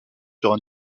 sur